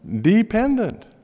dependent